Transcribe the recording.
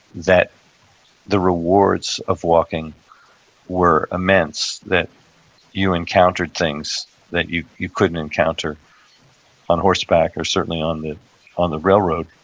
that the rewards of walking were immense. that you encountered things that you you couldn't encounter on horseback or certainly on the on the railroad.